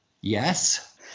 yes